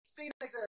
Phoenix